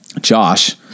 Josh